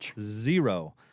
Zero